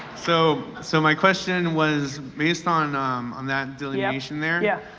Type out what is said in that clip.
so so my question was, based on on that delineation there yeah